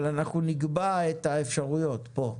אבל אנחנו נקבע את האפשרויות פה.